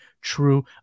true